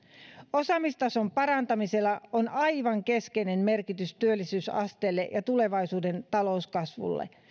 osaamistason parantamisella on aivan keskeinen merkitys työllisyysasteelle ja tulevaisuuden talouskasvulle